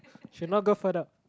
should not go further